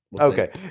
Okay